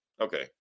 Okay